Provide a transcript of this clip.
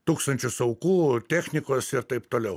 tūkstančius aukų technikos ir taip toliau